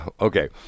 Okay